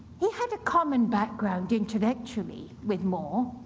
he had a common background intellectually with more.